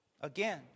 Again